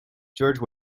george